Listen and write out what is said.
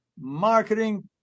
Marketing